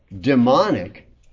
demonic